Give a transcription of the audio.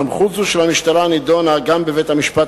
סמכות זו של המשטרה נדונה גם בבית-המשפט